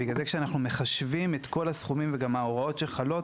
כשאנחנו מחשבים את כל הסכומים וגם ההוראות שחלות,